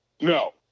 No